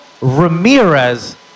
Ramirez